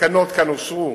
התקנות כאן אושרו